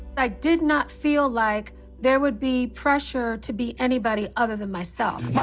i did not feel like there would be pressure to be anybody other than myself.